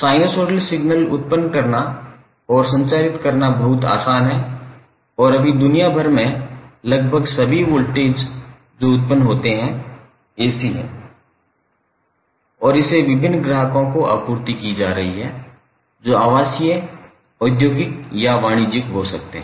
sinusoidal signal उत्पन्न करना और संचारित करना बहुत आसान है और अभी दुनिया भर में लगभग सभी वोल्टेज जो उत्पन्न होता है AC है और इसे विभिन्न ग्राहकों को आपूर्ति की जा रही है जो आवासीय औद्योगिक या वाणिज्यिक हो सकते हैं